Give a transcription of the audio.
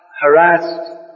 harassed